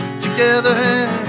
together